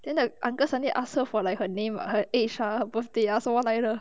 then the uncle suddenly ask her for like her name her age ah her birthday ah so 什么来的